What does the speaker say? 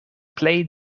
plej